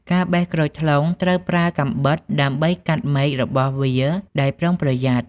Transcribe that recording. ការបេះក្រូចថ្លុងត្រូវប្រើកាំបិតដើម្បីកាត់មែករបស់វាដោយប្រុងប្រយ័ត្ន។